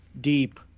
deep